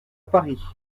paris